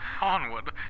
Onward